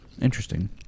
interesting